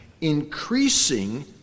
increasing